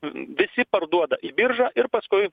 visi parduoda į biržą ir paskui